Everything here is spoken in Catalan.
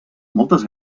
moltes